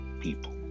people